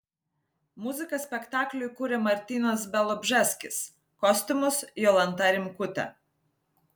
muziką spektakliui kūrė martynas bialobžeskis kostiumus jolanta rimkutė